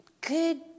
good